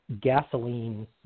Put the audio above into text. gasoline